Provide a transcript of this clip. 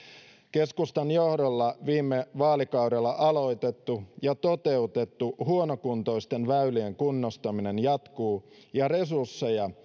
keskustan johdolla viime vaalikaudella aloitettu ja toteutettu huonokuntoisten väylien kunnostaminen jatkuu ja resursseja